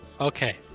Okay